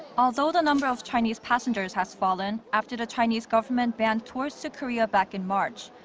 although the number of chinese passengers has fallen, after the chinese government banned tours to korea back in march.